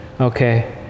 Okay